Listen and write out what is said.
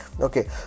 Okay